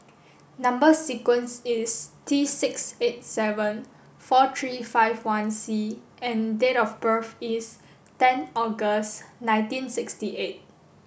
number sequence is T six eight seven four three five one C and date of birth is ten August nineteen sixty eight